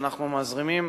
שאנחנו מזרימים